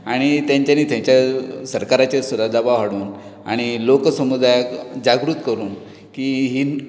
आनी तेंच्यानी थंयच्या सरकाराचेर सुद्दां दबाव हाडून आनी लोकसमुदायाक जागृत करून की ही आपली प्रथा